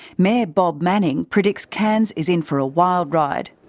mayor bob manning predicts cairns is in for a wild ride.